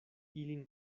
ilin